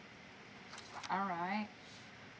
alright